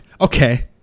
Okay